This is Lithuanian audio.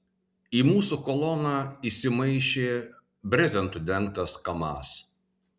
į mūsų koloną įsimaišė brezentu dengtas kamaz